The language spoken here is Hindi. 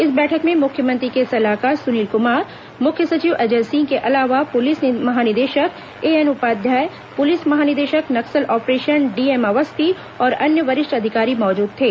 इस बैठक में मुख्यमंत्री के सलाहकार सुनील कुमार मुख्य सचिव अजय सिंह के अलावा पुलिस महानिदेशक एएन उपाध्याय पुलिस महानिदेशक नक्सल ऑपरेशन डीएम अवस्थी और अन्य वरिष्ठ अधिकारी मौजूद थे